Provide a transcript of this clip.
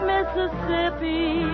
Mississippi